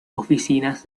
oficinas